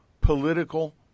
political